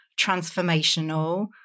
transformational